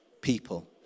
people